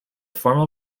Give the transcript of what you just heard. formal